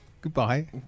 goodbye